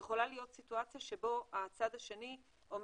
יכולה להיות סיטואציה שבה הצד השני אומר